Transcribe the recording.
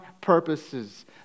purposes